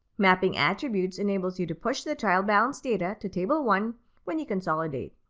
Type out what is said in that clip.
mapping attributes enables you to push the trial balance data to table one when you consolidate.